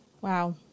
Wow